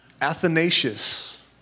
Athanasius